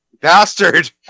bastard